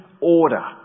order